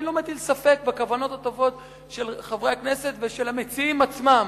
אני לא מטיל ספק בכוונות הטובות של חברי הכנסת ושל המציעים עצמם,